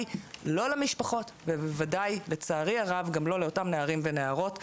לא למשפחות ובוודאי לצערי הרב גם לא לאותם נערים ונערות.